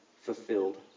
fulfilled